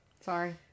Sorry